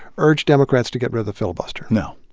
urge democrats to get rid of the filibuster? no.